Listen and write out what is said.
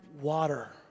water